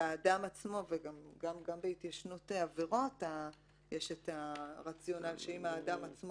גם בהתיישנות עבירות יש רציונל שאם האדם עצמו